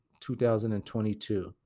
2022